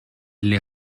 les